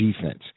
defense